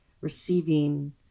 receiving